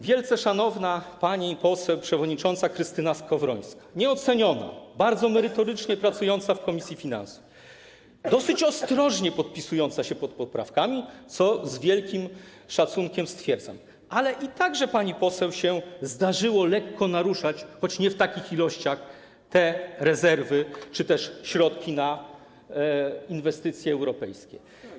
Wielce szanowna pani poseł przewodnicząca Krystyna Skowrońska, nieoceniona, bardzo merytorycznie pracująca w komisji finansów, dosyć ostrożnie podpisująca się pod poprawkami, co z wielkim szacunkiem stwierdzam - ale także i pani poseł zdarzyło się lekko naruszać, choć nie w takich ilościach, te rezerwy czy też środki na inwestycje europejskie.